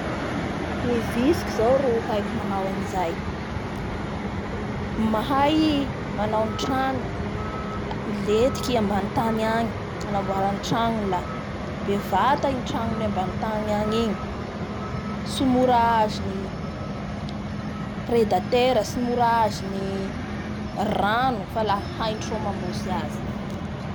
Ny vitsiky zao ro haiko manao anizay mahay manao ny tranony a mietiky i ambanin'ny tany agny anamboarany ny tragnony. La bevata ny tragnony ambanin'ny tany any igny, tsy mora azon'ny predatera, tsy mora azon'ny rano fa la hainy soa mamboatsy azy.